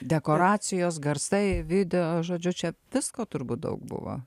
dekoracijos garsai video čia turbūt visko daug buvo